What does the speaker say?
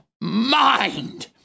mind